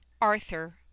arthur